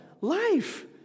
life